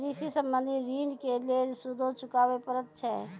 कृषि संबंधी ॠण के लेल सूदो चुकावे पड़त छै?